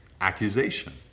accusation